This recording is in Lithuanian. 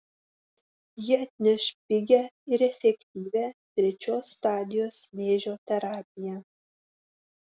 ji atneš pigią ir efektyvią trečios stadijos vėžio terapiją